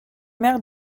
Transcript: mère